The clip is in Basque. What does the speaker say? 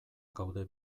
gaude